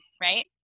right